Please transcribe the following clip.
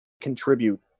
contribute